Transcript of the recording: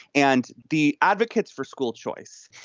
and the advocates for school choice,